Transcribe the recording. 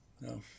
no